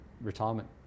retirement